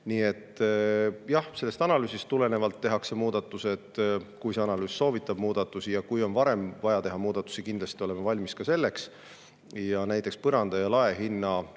Nii et jah, sellest analüüsist tulenevalt tehakse muudatused. Kui see analüüs soovitab muudatusi, kui on varem vaja teha muudatusi, siis kindlasti oleme valmis selleks. Ja näiteks hinnalae ja